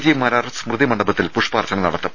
G Marar സ്മൃതി മണ്ഡപത്തിൽ പുഷ്പാർച്ചന നടത്തും